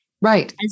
Right